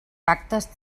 pactes